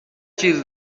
چیز